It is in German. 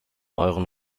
euren